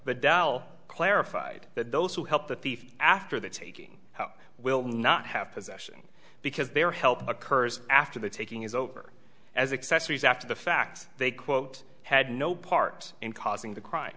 but dell clarified that those who help the thief after the taking out will not have possession because their help occurs after the taking is over as accessories after the fact they quote had no part in causing the crime